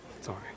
Sorry